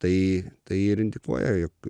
tai tai ir indikuoja jog